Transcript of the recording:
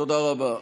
תודה רבה.